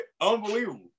Unbelievable